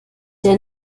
der